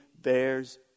bears